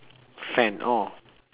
fan orh